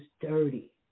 dirty